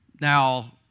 Now